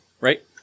right